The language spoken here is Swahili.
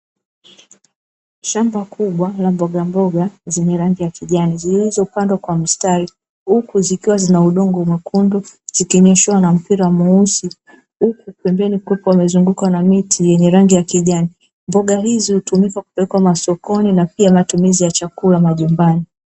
Shamba kubwa la mbogamboga zenye rangi ya kijani, zilizopandwa kwa mstari huku zikiwa na udongo mwekundu, zikinyeshewa na mpira mweusi. Huku pembeni kukiwa kumzungukwa na miti yenye rangi ya kijani. Mboga hizo, hutumika kupelekwa masokoni na pia matumizi ya chakula majumbani.